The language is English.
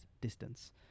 distance